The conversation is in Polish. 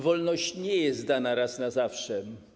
Wolność nie jest dana raz na zawsze.